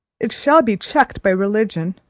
it shall be checked by religion,